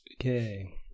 okay